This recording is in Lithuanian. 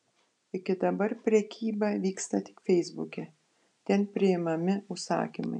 iki dabar prekyba vyksta tik feisbuke ten priimami užsakymai